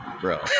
Bro